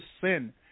sin